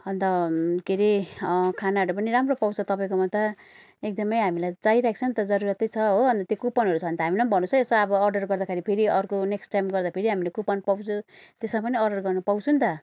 अन्त केअ रे खानाहरू पनि राम्रो पाउँछ तपाईँकोमा त एकदमै हामीलाई चाहिरहेको छ नि त जरूरतै छ हो अन्त त्यो कुपनहरू छ भने त हामीलाई पनि भन्नुहोस् है यसो अब अर्डर गर्दाखेरि फेरि अर्को नेक्स्ट टाइम गर्दा फेरि हामीले कुपन पाउँछु त्यसमा पनि अर्डर गर्न पाउँछु नि त